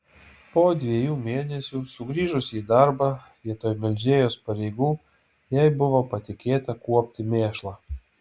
po dviejų mėnesių sugrįžusi į darbą vietoj melžėjos pareigų jai buvo patikėta kuopti mėšlą